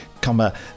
comma